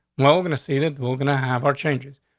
but we're gonna see that we're gonna have our changes.